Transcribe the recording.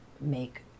make